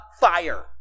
fire